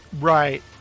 Right